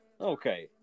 Okay